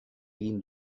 egin